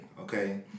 Okay